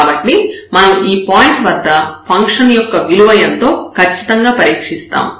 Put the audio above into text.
కాబట్టి మనం ఈ పాయింట్ వద్ద ఫంక్షన్ యొక్క విలువ ఎంతో ఖచ్చితంగా పరీక్షిస్తాము